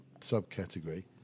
subcategory